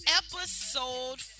episode